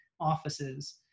offices